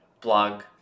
blog